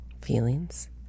feelings